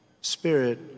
spirit